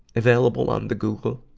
available on the google?